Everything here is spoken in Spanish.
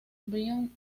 byron